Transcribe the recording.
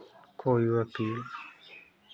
कोई वकील